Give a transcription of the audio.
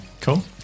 cool